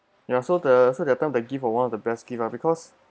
ya so the so that time the gift was one of the best gift ah because